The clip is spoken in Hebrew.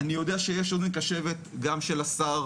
אני יודע שיש אוזן קשבת גם של השר